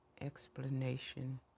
explanation